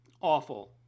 awful